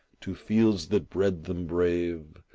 to fields that bred them brave,